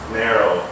narrow